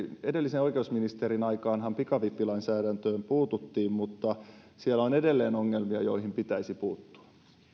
edellisen oikeusministerin aikaanhan pikavippilainsäädäntöön puututtiin mutta siellä on edelleen ongelmia joihin pitäisi puuttua